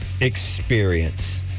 experience